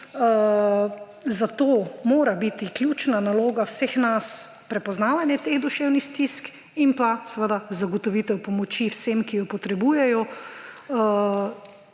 Zato mora biti ključna naloga vseh nas prepoznavanje teh duševnih stisk in seveda zagotovitev pomoči vsem, ki jo potrebujejo